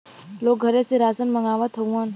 लोग घरे से रासन मंगवावत हउवन